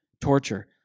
torture